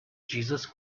jesus